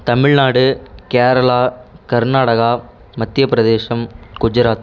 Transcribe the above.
தமிழ்நாடு கேரளா கர்நாடகா மத்தியப்பிரதேஷம் குஜராத்